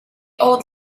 old